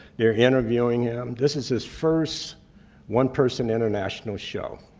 they're interviewing him. this is his first one-person international show,